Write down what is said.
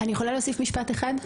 אני יכולה להוסיף משפט אחד?